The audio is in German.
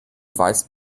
weißen